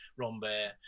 Rombert